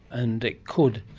and it could,